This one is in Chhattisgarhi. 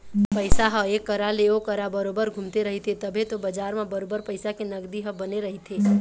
पइसा ह ऐ करा ले ओ करा बरोबर घुमते रहिथे तभे तो बजार म बरोबर पइसा के नगदी ह बने रहिथे